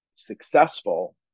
successful